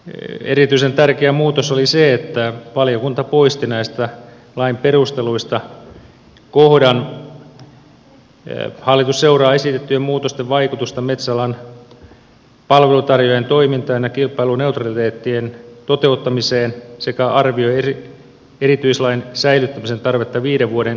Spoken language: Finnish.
erityisen tärkeä muutos oli se että valiokunta poisti näistä lain perusteluista kohdan hallitus seuraa esitettyjen muutosten vaikutusta metsäalan palveluntarjoajien toimintaan ja kilpailuneutraliteetin toteuttamiseen sekä arvioi erityislain säilyttämisen tarvetta viiden vuoden siirtymävaiheen jälkeen